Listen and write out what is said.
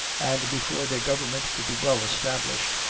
and before their government could be well established,